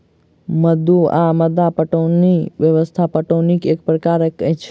मद्दु वा मद्दा पटौनी व्यवस्था पटौनीक एक प्रकार अछि